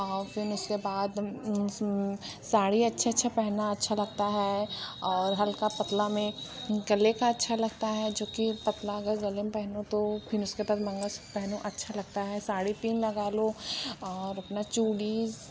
औ फिर उसके बाद साड़ी अच्छे अच्छे पहनना अच्छा लगता है और हल्का पतला में गले का अच्छा लगता है जो कि पतला अगर गले में पहने तो फिर उसके बाद मंगलसूत्र पेहनना अच्छा लगता है साड़ी पिन लगा लो और अपनी चूड़ी